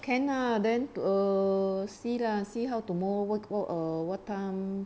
can lah then err see lah see how tomorrow err wh~ what time